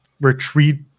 retreat